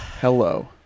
hello